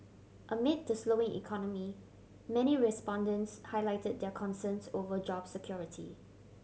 amid the slowing economy many respondents highlighted their concerns over job security